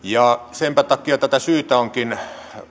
senpä takia tätä syytä onkin